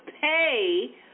pay